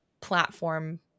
platform